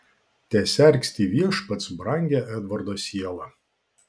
tesergsti viešpats brangią edvardo sielą